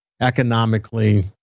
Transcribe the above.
economically